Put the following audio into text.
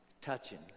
touching